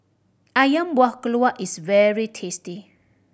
Ayam Buah Keluak is very tasty